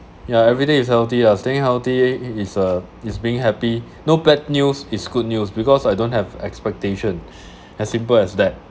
ya everyday is healthy ah staying healthy is uh is being happy no bad news is good news because I don't have expectation as simple as that